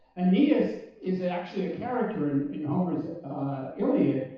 aeneas is actually a character in homer's iliad,